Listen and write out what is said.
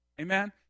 Amen